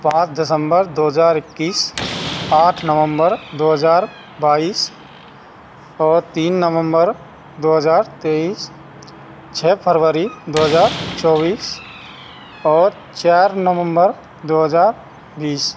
पाँच दिसंबर दो हजार इक्कीस आठ नवंबर दो हजार बाईस और तीन नवंबर दो हजार तेईस छः फरवरी फरवरी दो हजार चौबीस और चार नवंबर दो हजार बीस